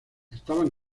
estaban